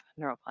neuroplasticity